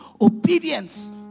obedience